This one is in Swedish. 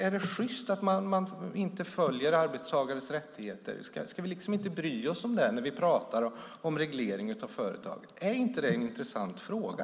Är det sjyst att inte ta hänsyn till arbetstagares rättigheter? Ska vi inte bry oss om det när vi talar om reglering av företagen? Är det inte en intressant fråga?